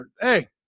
Hey